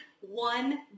one